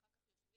ואחר כך יושבים,